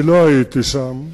אני לא הייתי שם.